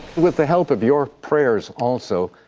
with the help of your prayers also,